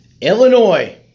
Illinois